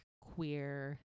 queer